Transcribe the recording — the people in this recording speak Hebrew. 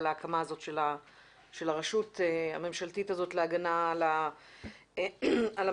להקמה של הרשות הממשלתית להגנה על המצוק.